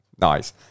Nice